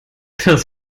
das